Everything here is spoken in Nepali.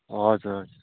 हजुर